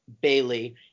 Bailey